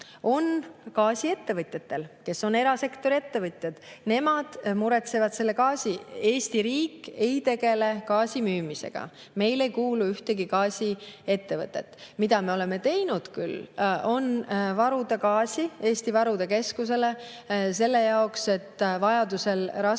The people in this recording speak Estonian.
on gaasiettevõtjatel, kes on erasektori ettevõtjad. Nemad muretsevad gaasi, Eesti riik ei tegele gaasi müümisega. Meile ei kuulu ühtegi gaasiettevõtet. Me oleme varunud küll gaasi Eesti Varude Keskusele selle jaoks, et vajadusel raskeid